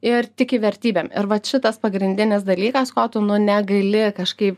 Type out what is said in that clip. ir tiki vertybėm ir vat šitas pagrindinis dalykas ko tu nu negali kažkaip